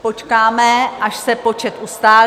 Počkáme, až se počet ustálí.